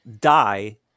die